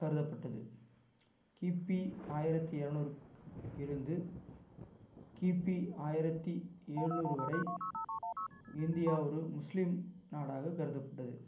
கருதப்பட்டது கிபி ஆயிரத்து இரநூறுக்கு இருந்து கிபி ஆயிரத்து எழுநூறு வரை இந்தியா ஒரு முஸ்லீம் நாடாக கருதப்பட்டது